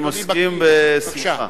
אני מסכים בשמחה.